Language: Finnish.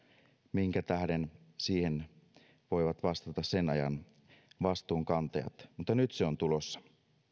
minkä tähden ei siihen voivat vastata sen ajan vastuunkantajat mutta nyt se on tulossa